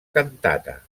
cantata